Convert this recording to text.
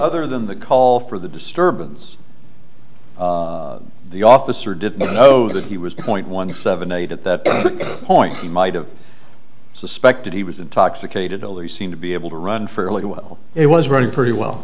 other than the call for the disturbance the officer did oh that he was point one seven eight at that point he might have suspected he was intoxicated only seem to be able to run fairly well it was running pretty well